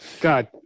god